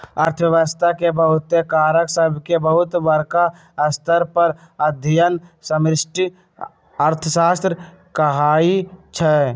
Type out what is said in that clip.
अर्थव्यवस्था के बहुते कारक सभके बहुत बरका स्तर पर अध्ययन समष्टि अर्थशास्त्र कहाइ छै